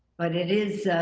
but it is